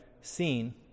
seen